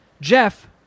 Jeff